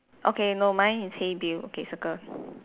okay no mine is hey Bill okay circle